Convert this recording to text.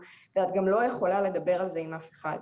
ואת גם לא יכולה לדבר על זה עם אף אחד,